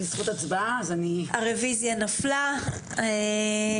הצבעה הרוויזיה לא התקבלה הרוויזיה לא התקבלה.